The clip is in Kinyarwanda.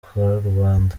karubanda